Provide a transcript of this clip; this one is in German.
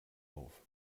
auf